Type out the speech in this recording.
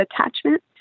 attachment